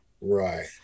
Right